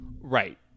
Right